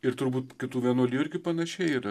ir turbūt kitų vienuolijų irgi panašiai yra